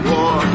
War